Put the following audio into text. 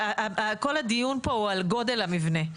כל הדיון פה הוא על גודל המבנה.